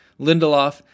Lindelof